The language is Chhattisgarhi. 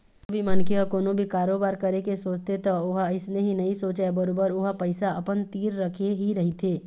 कोनो भी मनखे ह कोनो भी कारोबार करे के सोचथे त ओहा अइसने ही नइ सोचय बरोबर ओहा पइसा अपन तीर रखे ही रहिथे